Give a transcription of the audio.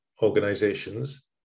organizations